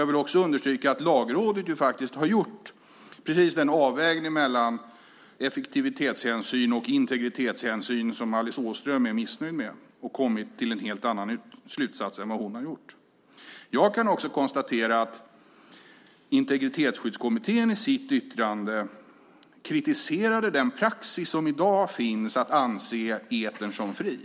Jag vill också understryka att Lagrådet har gjort just den avvägning mellan effektivitetshänsyn och integritetshänsyn som Alice Åström är missnöjd med och att man har kommit till en helt annan slutsats än hon. Jag kan också konstatera att Integritetsskyddskommittén i sitt yttrande kritiserade den praxis som i dag finns, nämligen att etern anses fri.